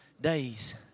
days